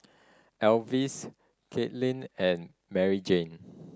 Elvis Caitlynn and Maryjane